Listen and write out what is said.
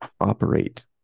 operate